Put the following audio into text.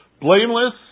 blameless